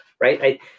right